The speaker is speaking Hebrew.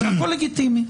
הכול לגיטימי.